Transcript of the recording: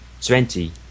Twenty